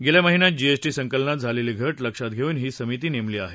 गेल्या महिन्यात जीएसटी संकलनात झालेली घट लक्षात घेऊन ही समिती नेमली आहे